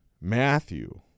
Matthew